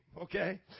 okay